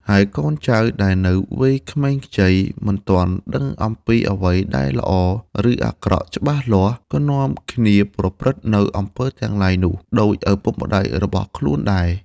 ហើយកូនចៅដែលនៅវ័យក្មេងខ្ចី មិនទាន់ដឹងអំពីអ្វីដែលល្អ ឬអាក្រក់ច្បាស់លាស់ ក៏នាំគ្នាប្រព្រឹត្តនូវ អំពើទាំងឡាយនោះ ដូចឪពុកម្តាយរបស់ខ្លួនដែរ។